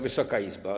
Wysoka Izbo!